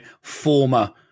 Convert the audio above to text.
Former